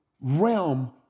realm